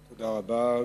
תודה רבה.